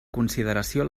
consideració